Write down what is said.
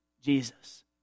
Jesus